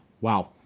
Wow